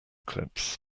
clips